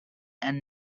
and